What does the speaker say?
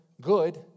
good